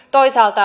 toisaalta